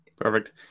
Perfect